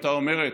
הייתה אומרת?